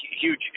huge